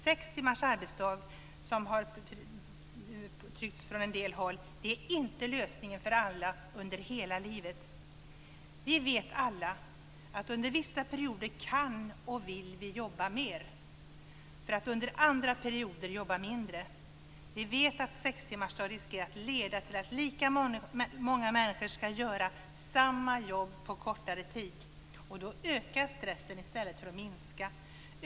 Sex timmars arbetsdag, som det har talats om från en del håll, är inte lösningen för alla under hela livet. Vi vet alla att vi under vissa perioder kan och vill jobba mer för att under andra perioder jobba mindre. Vi vet att en sextimmarsdag riskerar att leda till att lika många människor ska göra samma jobb på en kortare tid. Då ökar stressen i stället för att minska.